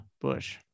bush